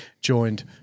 joined